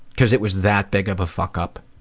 cause it was that big of a fuck up.